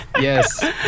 Yes